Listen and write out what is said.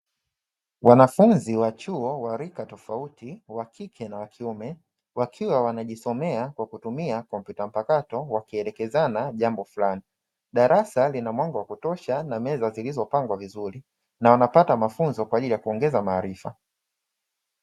Wanafunzi wa chuo wa rika tofauti wa kike na wa kiume wakiwa wanajisomea kwa kutumia kompyuta mpakato wakielekezana jambo fulani. Darasa lina mwanga wa kutosha na meza zilizopangwa vizuri na wanapata mafunzo kwa ajili ya kuongeza maarifa.